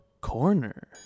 Corner